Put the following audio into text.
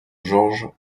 george